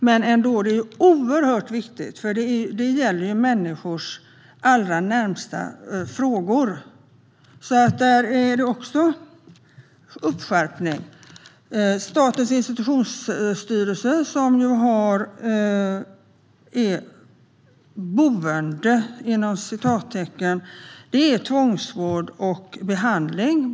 Det här är dock oerhört viktigt eftersom det gäller människors allra närmaste frågor. Också här krävs en uppskärpning. Statens institutionsstyrelse har "boenden" för tvångsvård och behandling.